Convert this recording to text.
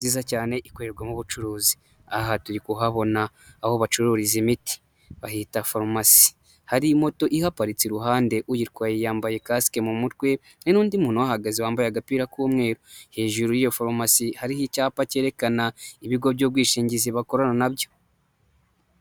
Nziza cyane ikorerwamo ubucuruzi, aha turi kuhabona aho bacururiza imiti bahita forumasi, hari moto ihaparitse iruhande uyirwaye yambaye kasike mu mutwe n'undi muntu uhahagaze wambaye agapira k'umweru, hejuru y'iyo forumasi hariho icyapa cyerekana ibigo by'ubwishingizi bakorana na byo.